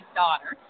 daughter